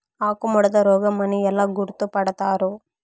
ఆకుముడత రోగం అని ఎలా గుర్తుపడతారు?